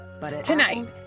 Tonight